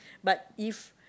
but if